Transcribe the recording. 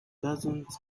doesn’t